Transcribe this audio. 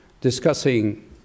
discussing